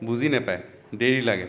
বুজি নাপায় দেৰি লাগে